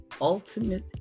Ultimate